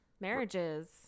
marriages